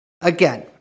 again